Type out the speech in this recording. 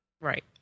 Right